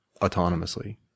autonomously